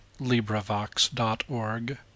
LibriVox.org